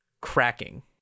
cracking